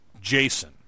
Jason